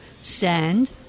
stand